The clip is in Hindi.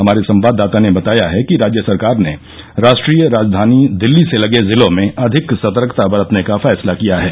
हमारे संवाददाता ने बताया है कि राज्य सरकार ने राष्ट्रीय राजधानी दिल्ली से लगे जिलों में अधिक सतर्कता बरतने का फैसला किया है